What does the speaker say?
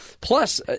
Plus